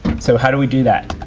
so how do we do that?